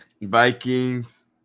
Vikings